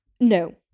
no